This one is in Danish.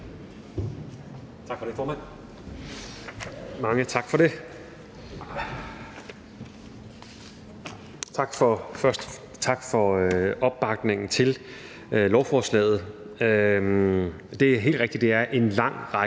(Magnus Heunicke): Mange tak for det. Først tak for opbakningen til lovforslaget. Det er helt rigtigt, at der er en lang række